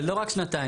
זה לא רק שנתיים.